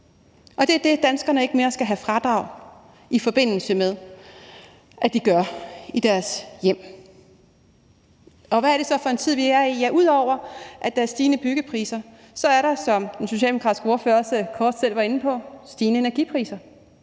Og det er det, danskerne ikke mere skal have fradrag for at de gør i deres hjem. Hvad er det så for en tid, vi er i? Ja, ud over at der er stigende byggepriser, er der, som den socialdemokratiske ordfører også selv kort var inde på, stigende energipriser.